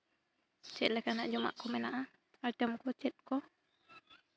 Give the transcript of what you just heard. ᱪᱮᱫ ᱞᱮᱠᱟᱱᱟᱜ ᱠᱚ ᱡᱚᱢᱟᱜ ᱠᱚ ᱢᱮᱱᱟᱜᱼᱟ ᱟᱭᱴᱮᱢ ᱠᱚ ᱪᱮᱫ ᱠᱚ